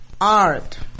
art